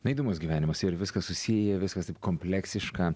na įdomus gyvenimas ir viskas susiję viskas taip kompleksiška